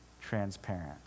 transparent